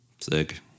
Sick